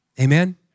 Amen